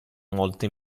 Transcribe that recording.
molto